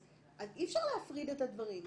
אי אפשר להפריד את הדברים.